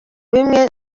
nibwo